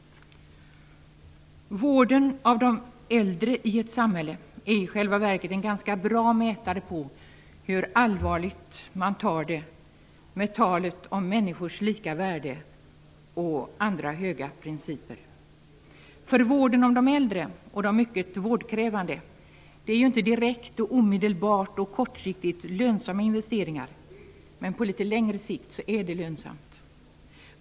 Vården av de äldre i ett samhälle är i själva verket en ganska bra mätare på hur allvarligt man tar på talet om människors lika värde och andra höga principer. Vården av de äldre och de mycket vårdkrävande är ju inte direkt, omedelbart och kortsiktigt lönsamma investeringar, men på litet längre sikt är de lönsamma.